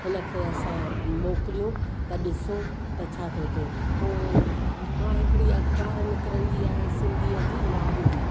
हिनखे असां मोकिलियूं त ॾिसूं त छा थो थिए पोइ मां हिकिड़ी अख़बार निकिरंदी आहे सिंधीअ जी मारवी